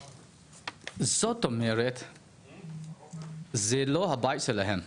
זאת אומרת שזה לא הבית שלהם.